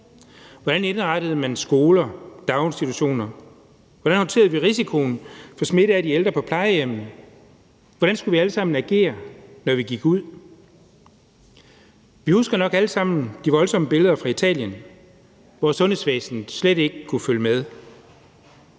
Hvordan indrettede man skoler og daginstitutioner? Hvordan håndterede vi risikoen for smitte af de ældre på plejehjemmene? Hvordan skulle vi alle sammen agere, når vi gik ud? Vi husker nok alle sammen de voldsomme billeder fra Italien, hvor sundhedsvæsenet slet ikke kunne følge med,